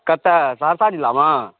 कतय सहरसा जिलामे